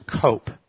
cope